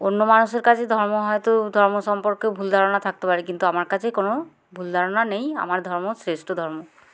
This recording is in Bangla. অন্য মানুষের কাছেই ধর্ম হয়তো ধর্ম সম্পর্কে ভুল ধারণা থাকতে পারে কিন্তু আমার কাছেই কোনো ভুল ধারণা নেই আমার ধর্ম শ্রেষ্ঠ ধর্ম